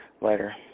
later